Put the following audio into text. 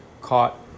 caught